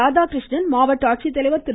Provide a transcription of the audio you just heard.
ராதாகிருஷ்ணன் மாவட்ட ஆட்சித்தலைவர் திரு